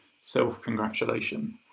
self-congratulation